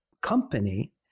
company